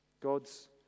God's